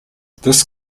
this